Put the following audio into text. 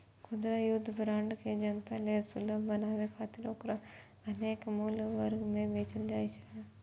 खुदरा युद्ध बांड के जनता लेल सुलभ बनाबै खातिर ओकरा अनेक मूल्य वर्ग मे बेचल जाइ छै